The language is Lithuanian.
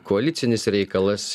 koalicinis reikalas